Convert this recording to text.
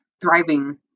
thriving